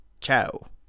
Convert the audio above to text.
ciao